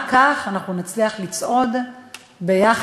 רק כך אנחנו נצליח לצעוד יחד